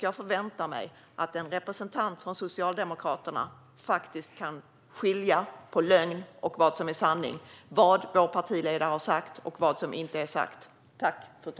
Jag förväntar mig att en representant för Socialdemokraterna faktiskt kan skilja på vad som är lögn och vad som är sanning, vad vår partiledare har sagt och vad som inte är sagt.